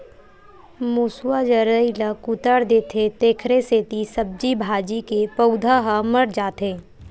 मूसवा जरई ल कुतर देथे तेखरे सेती सब्जी भाजी के पउधा ह मर जाथे